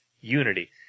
unity